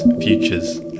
Futures